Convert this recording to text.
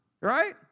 right